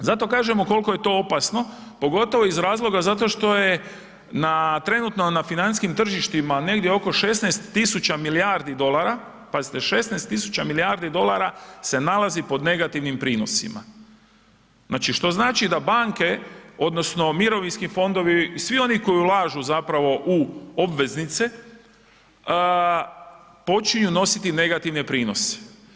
Zato kažemo koliko je to opasno, pogotovo iz razloga zato što je trenutno na financijskim tržištima negdje oko 16 tisuća milijardi dolara, pazite 16 tisuća milijardi dolara se nalazi pod negativnim prinosima što znači da banke odnosno mirovinski fondovi i svi oni koji ulažu u obveznice počinju nositi negativne prinose.